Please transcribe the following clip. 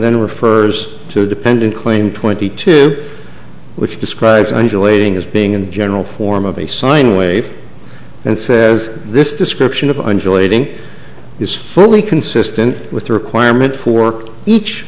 then refers to a dependent claim twenty two which describes undulating as being in general form of a sine wave and says this description of undulating is fairly consistent with the requirement for each